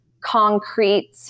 concrete